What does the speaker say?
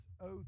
oath